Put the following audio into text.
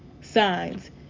signs